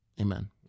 Amen